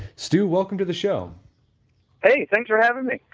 stew, welcome to the show hey, thank you for having me.